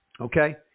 Okay